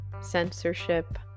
censorship